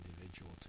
individual